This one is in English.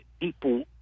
people